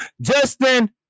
Justin